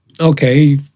Okay